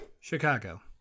Chicago